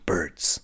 Birds